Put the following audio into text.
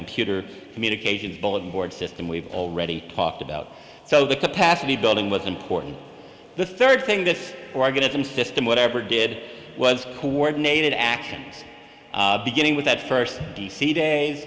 computer communications bulletin board system we've already talked about so the capacity building was important the third thing this organism system whatever did was coordinated actions beginning with that first d c days